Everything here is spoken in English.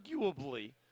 arguably